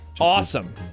awesome